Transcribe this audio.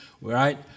right